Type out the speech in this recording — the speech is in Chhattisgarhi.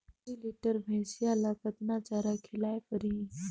दुई लीटर बार भइंसिया ला कतना चारा खिलाय परही?